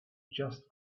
just